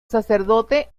sacerdote